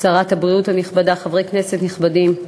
שרת הבריאות הנכבדה, חברי כנסת נכבדים,